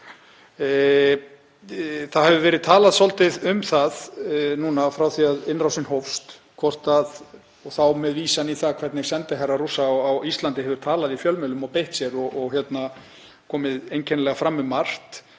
Það hefur verið talað svolítið um það frá því að innrásin hófst, og þá með vísan í það hvernig sendiherra Rússa á Íslandi hefur talað í fjölmiðlum og beitt sér og komið einkennilega fram um margt,